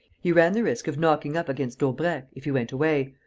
he ran the risk of knocking up against daubrecq, if he went away,